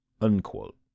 unquote